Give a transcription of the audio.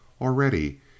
Already